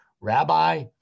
Rabbi